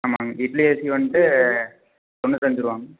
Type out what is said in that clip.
ஆமாம்ங்க இட்லி அரிசி வந்ட்டு தொண்ணூத்தஞ்சு ரூவாங்க